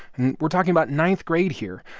we're talking about ninth grade here.